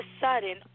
sudden